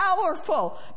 powerful